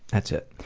that's it.